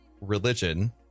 religion